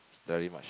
very much